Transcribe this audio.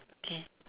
okay